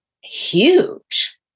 huge